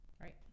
Right